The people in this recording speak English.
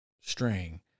string